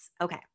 Okay